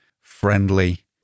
friendly